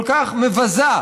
כל כך מבזה,